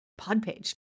PodPage